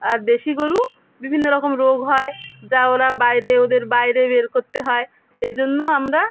আর দেশি গরু বিভিন্ন রকম রোগ হয় যা ওরা বাইরে ওদের বাইরে বের করতে হয় এই জন্য আমরা